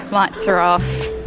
lights are off,